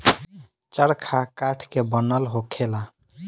चरखा काठ के बनल होखेला